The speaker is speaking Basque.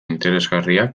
interesgarriak